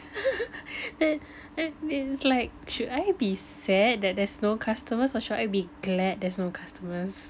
then then it's like should I be sad that there's no customers or should I be glad that there's no customers